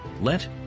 Let